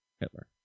Hitler